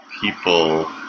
people